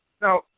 Now